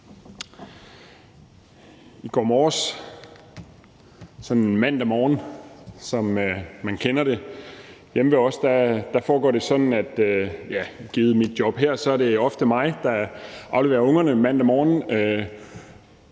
sådan en mandag morgen, som man kender det, og hjemme hos os foregår det sådan – givet mit job her – at det ofte er mig, der afleverer ungerne mandag morgen.